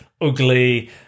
ugly